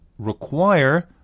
require